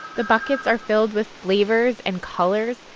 the buckets are filled with flavors and colors.